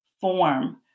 form